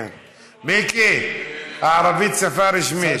מיקי, הערבית שפה רשמית.